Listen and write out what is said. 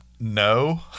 no